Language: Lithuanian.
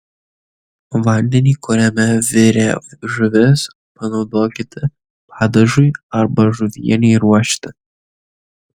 vandenį kuriame virė žuvis panaudokite padažui arba žuvienei ruošti